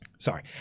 Sorry